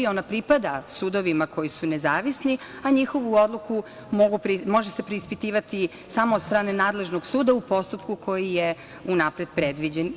Ona pripada sudovima koji su nezavisni, a njihovu odluku mogu, može se preispitivati samo od strane nadležnog suda u postupku koji je unapred predviđen.